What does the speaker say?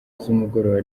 z’umugoroba